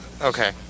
Okay